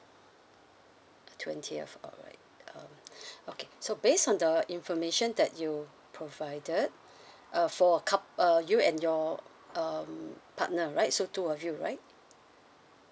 twentieth alright um okay so based on the information that you provided uh for a coup~ uh you and your um partner right so two of you right